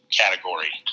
category